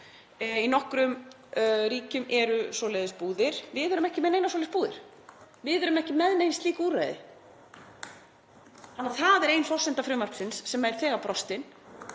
Í nokkrum ríkjum eru svoleiðis búðir. Við erum ekki með neinar svoleiðis búðir. Við erum ekki með nein slík úrræði. Það er ein forsenda frumvarpsins sem er þegar brostin.